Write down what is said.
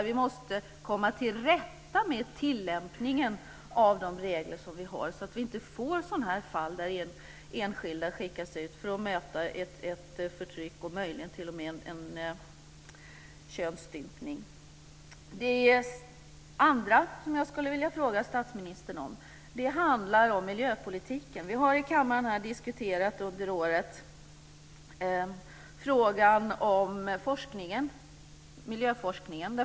Vi måste komma till rätta med tillämpningen av de regler vi har så att vi inte får sådana här fall där enskilda skickas ut för att möta förtryck och möjligen t.o.m. könsstympning. Det andra jag skulle vilja fråga statsministern om handlar om miljöpolitiken. Vi har i kammaren under året diskuterat frågan om miljöforskningen.